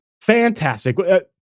fantastic